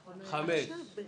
מה זה "זכותי", מה אנחנו בגן?